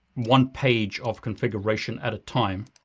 one page of configuration at a time.